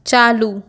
चालू